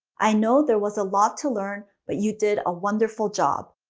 i know there was a lot to learn, but you did a wonderful job.